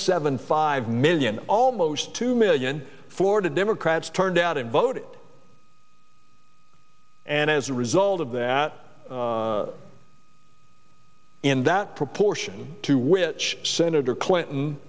seven five million almost two million florida democrats turned out in vote and as a result of that in that proportion to which senator clinton